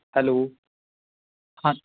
hello ਹਾਂ